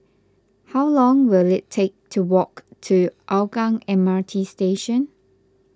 how long will it take to walk to Hougang M R T Station